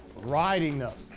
riding them.